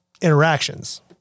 interactions